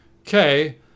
okay